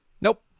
Nope